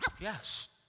Yes